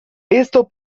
esto